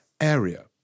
area